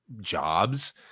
jobs